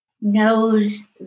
knows